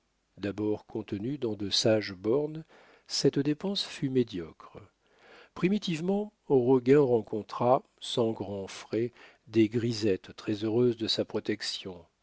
d'abord contenue dans de sages bornes cette dépense fut médiocre primitivement roguin rencontra sans grands frais des grisettes très heureuses de sa protection